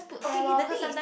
okay okay the thing is